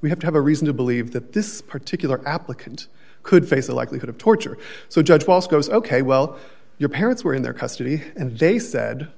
we have to have a reason to believe that this particular applicant could face a likelihood of torture so judge bosco's ok well your parents were in their custody and they said